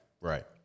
Right